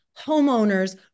homeowners